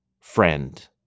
friend